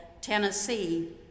Tennessee